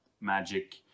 magic